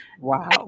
Wow